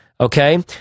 Okay